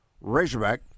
Razorback